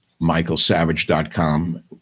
michaelsavage.com